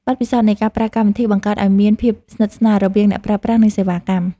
បទពិសោធន៍នៃការប្រើកម្មវិធី បង្កើតឱ្យមានភាពស្និទ្ធស្នាលរវាងអ្នកប្រើប្រាស់ និងសេវាកម្ម។